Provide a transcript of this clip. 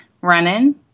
running